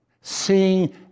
seeing